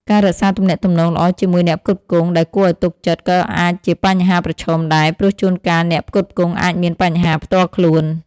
ការរក្សាទំនាក់ទំនងល្អជាមួយអ្នកផ្គត់ផ្គង់ ដែលគួរឱ្យទុកចិត្តក៏អាចជាបញ្ហាប្រឈមដែរ ព្រោះជួនកាលអ្នកផ្គត់ផ្គង់អាចមានបញ្ហាផ្ទាល់ខ្លួន។